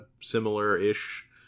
similar-ish